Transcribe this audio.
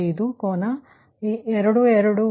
04725 ಕೋನ 221